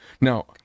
now